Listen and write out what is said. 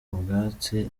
ubwatsi